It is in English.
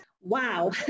Wow